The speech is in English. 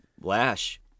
Lash